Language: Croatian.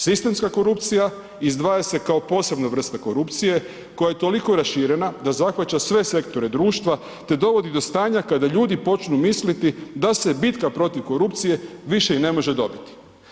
Sistemska korupcija izdvaja se kao posebna vrsta korupcije koja je toliko raširena da zahvaća sve sektore društva, te dovodi do stanja kada ljudi počnu misliti da se bitka protiv korupcije više i ne može dobiti.